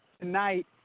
tonight